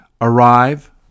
arrive